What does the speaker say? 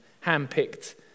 hand-picked